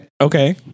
okay